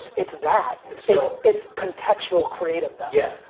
it's that. it's yeah it's contextual creative though. yeah